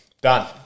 Done